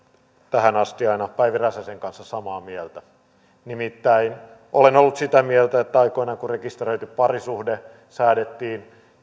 tähän asti aina päivi räsäsen kanssa samaa mieltä nimittäin olen ollut sitä mieltä että aikoinaan kun rekisteröity parisuhde säädettiin